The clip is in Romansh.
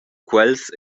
quels